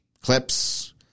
clips